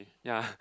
ya